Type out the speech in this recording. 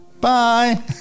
Bye